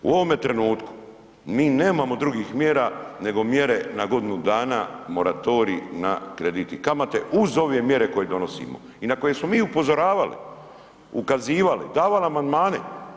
U ovome trenutku mi nemamo drugih mjera nego mjere na godinu dana moratorij na kredit i kamate uz ove mjere koje donosimo i na koje smo mi upozoravali, ukazivali, davali amandmane.